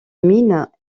mines